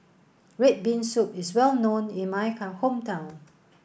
red bean soup is well known in my hometown